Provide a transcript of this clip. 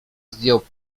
zdjął